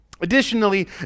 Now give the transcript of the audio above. Additionally